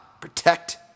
protect